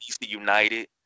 United